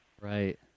right